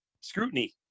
scrutiny